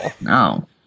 No